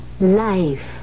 life